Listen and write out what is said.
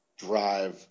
drive